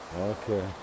Okay